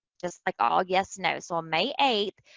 just like all yes nos. on may eighth,